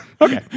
Okay